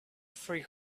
free